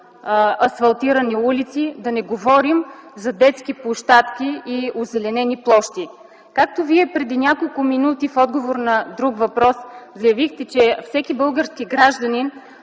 асфалтирани улици, да не говорим за детски площадки и озеленени площи. Както Вие преди няколко минути в отговор на друг въпрос заявихте, че всеки български гражданин